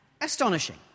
Astonishing